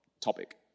topic